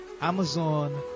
Amazon